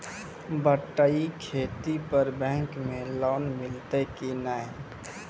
बटाई खेती पर बैंक मे लोन मिलतै कि नैय?